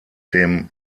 dem